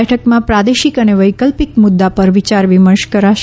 બેઠકમાં પ્રાદેશિક અને વૈકલ્પિક મુદ્દા પર વિચાર વિર્મશ કરશે